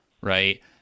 right